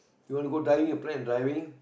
do you wanna go die your friend driving